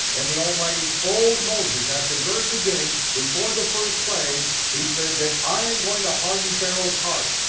and the almighty told moses at the very beginning before the first plague, he said that i am going to harden pharaoh's heart.